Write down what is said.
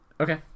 Okay